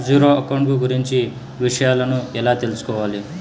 Zero account కు గురించి విషయాలను ఎలా తెలుసుకోవాలి?